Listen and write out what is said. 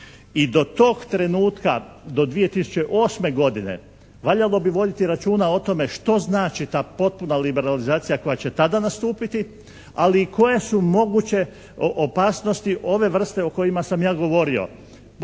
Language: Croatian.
i do tog trenutka, do 2008. godine valjalo bi voditi računa o tome što znači ta potpuna liberalizacija koja će tada nastupiti, ali i koje su moguće opasnosti ove vrste o kojima sam ja govorio.